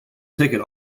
ticket